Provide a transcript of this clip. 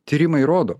tyrimai rodo